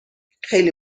خیلی